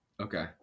Okay